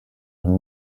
her